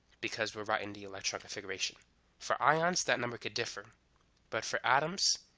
because we're writing the electron configuration for ions that number could differ but for atoms